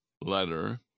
letter